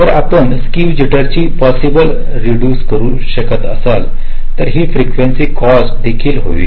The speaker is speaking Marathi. तर आपण स्क्क्यू जिटर जी पॉसबल रेडुस करू शकत असाल तर ही फ्रीकेंसी कॉस्ट देखील होईल